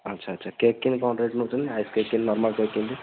ଆଚ୍ଛା ଆଚ୍ଛା କେକ୍ ପାଇଁ କ'ଣ ରେଟ୍ ନେଉଛନ୍ତି ଆଇସିଙ୍ଗ୍ କେକ୍ କେମିତି ନର୍ମାଲ୍ କେକ୍ କେମିତି